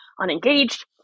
unengaged